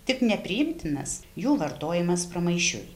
tik nepriimtinas jų vartojimas pramaišiui